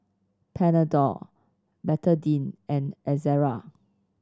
Panadol Betadine and Ezerra